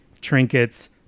trinkets